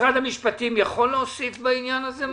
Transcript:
משרד המשפטים יכול להוסיף בעניין הזה משהו?